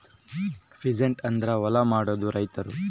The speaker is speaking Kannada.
ಪೀಸಂಟ್ ಅಂದ್ರ ಹೊಲ ಮಾಡೋ ರೈತರು